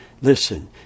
Listen